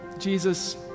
Jesus